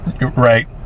right